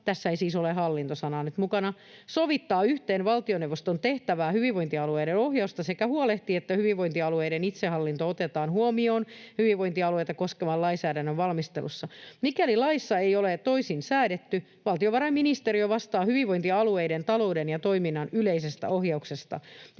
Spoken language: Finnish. tässä ei siis ole hallinto-sanaa nyt mukana — ”sovittaa yhteen valtioneuvostossa tehtävää hyvinvointialueiden ohjausta sekä huolehtii, että hyvinvointialueiden itsehallinto otetaan huomioon hyvinvointialueita koskevan lainsäädännön valmistelussa. Mikäli laissa ei ole toisin säädetty, valtiovarainministeriö vastaa hyvinvointialueiden talouden ja toiminnan yleisestä ohjauksesta.”